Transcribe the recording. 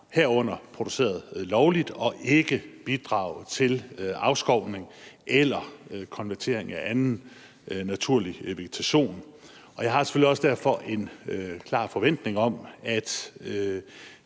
herunder produceret lovligt og ikke bidrage til afskovning eller konvertering af anden naturlig vegetation, og jeg har selvfølgelig også derfor en klar forventning om, at